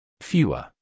Fewer